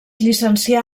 llicencià